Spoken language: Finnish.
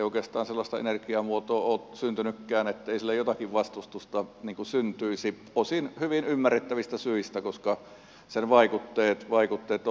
ei oikeastaan sellaista energiamuotoa ole syntynytkään ettei sille jotakin vastustusta syntyisi osin hyvin ymmärrettävistä syistä koska sen vaikutteet ovat moninaisia